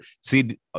See